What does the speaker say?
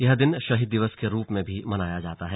यह दिन शहीद दिवस के रूप में भी मनाया जाता है